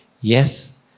yes